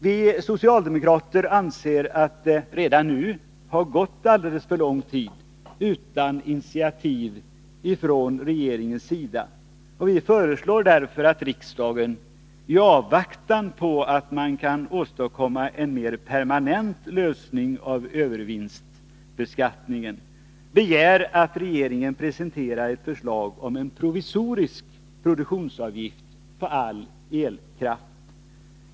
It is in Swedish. Vi socialdemokrater anser att det redan nu har gått alldeles för lång tid utan initiativ från regeringens sida. Vi föreslår därför att riksdagen i avvaktan på att man kan åstadkomma en mer permanent lösning av övervinstbeskattningen begär att regeringen presenterar ett förslag till en provisorisk produktionsavgift på all elkraft.